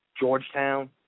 Georgetown